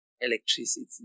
electricity